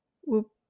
whoop